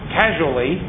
casually